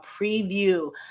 preview